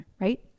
right